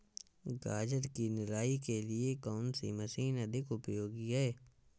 गाजर की निराई के लिए कौन सी मशीन अधिक उपयोगी है?